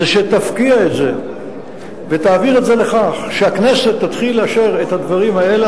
שתפקיע את זה ותעביר את זה לכך שהכנסת תתחיל לאשר את הדברים האלה,